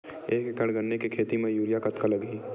एक एकड़ गन्ने के खेती म यूरिया कतका लगही?